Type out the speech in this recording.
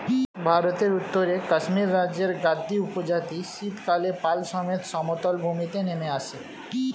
ভারতের উত্তরে কাশ্মীর রাজ্যের গাদ্দী উপজাতি শীতকালে পাল সমেত সমতল ভূমিতে নেমে আসে